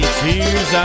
tears